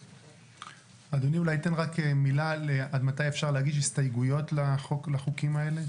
אדוני אולי יגיד עד מתי אפשר להגיש הסתייגויות לחוקים האלה.